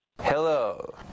Hello